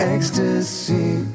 Ecstasy